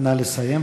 נא לסיים.